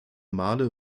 male